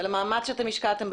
על המאמץ שהשקעתם.